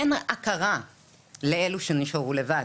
אין הכרה לאלו שנשארו לבד.